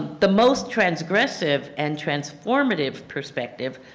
the most transgressive and transformative perspective,